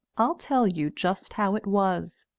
i'll tell you just how it was.